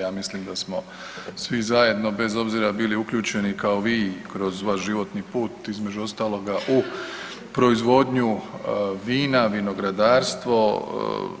Ja mislim da smo svi zajedno bez obzira bili uključeni kao vi kroz vaš životni put između ostaloga u proizvodnju vina i vinogradarstvo,